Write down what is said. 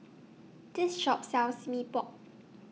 This Shop sells Mee Pok